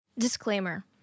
Disclaimer